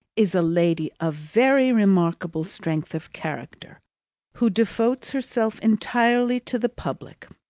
is a lady of very remarkable strength of character who devotes herself entirely to the public.